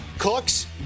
Cooks